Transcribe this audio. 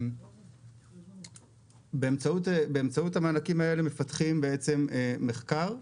באמצעות המענקים האלה, מפתחים בעצם מחקר,